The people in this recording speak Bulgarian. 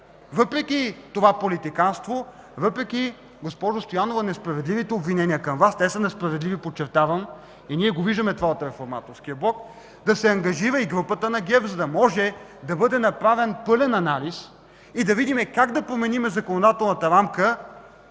Въпреки това политиканство, въпреки, госпожо Стоянова, несправедливите обвинения към Вас – те са несправедливи, подчертавам, и от Реформаторския блок виждаме това – да се ангажира и групата на ГЕРБ, за да може да бъде направен пълен анализ и да видим как да променим законодателната рамка